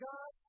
God